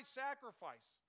sacrifice